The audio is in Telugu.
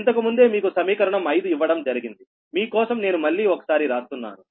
ఇంతకు ముందే మీకు సమీకరణం ఐదు ఇవ్వడం జరిగింది మీ కోసం నేను మళ్లీ ఒకసారి రాస్తున్నాను